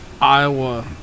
Iowa